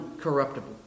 corruptible